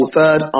third